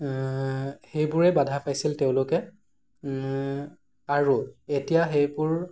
সেইবোৰে বাধা পাইছিল তেওঁলোকে আৰু এতিয়া সেইবোৰ